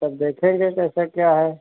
तब देखेंगे कैसा क्या है